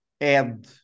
add